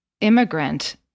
immigrant